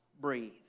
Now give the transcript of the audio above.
breathe